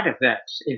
effects